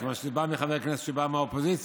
מכיוון שזה בא מחבר הכנסת שבא מהאופוזיציה,